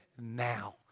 now